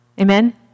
Amen